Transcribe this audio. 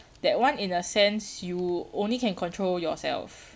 that one in a sense you only can control yourself